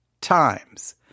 Times